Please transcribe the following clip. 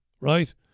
Right